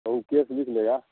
तो ऊ केस लिख लेगा